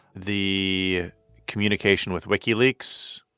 the communication with wikileaks,